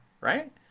right